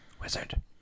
Wizard